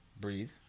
Breathe